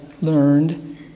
learned